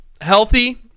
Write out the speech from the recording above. healthy